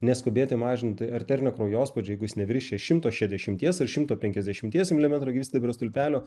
ne skubėti mažinti arterinio kraujospūdžio jeigu jis neviršija šimto šešiasdešimties ar šimto penkiasdešimties milimetrų gyvsidabrio stulpelio